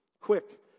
Quick